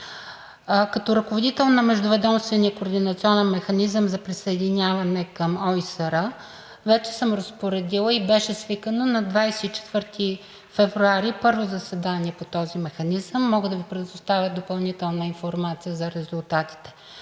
координационен механизъм за присъединяване към ОИСР вече съм разпоредила и беше свикано на 24 февруари първо заседание по този механизъм. Мога да Ви предоставя допълнителна информация за резултатите.